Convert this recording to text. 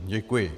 Děkuji.